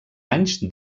anys